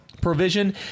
provision